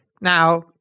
Now